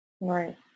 Right